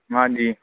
ਹਾਂਜੀ